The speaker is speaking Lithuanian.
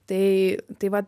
tai tai va